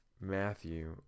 Matthew